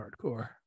hardcore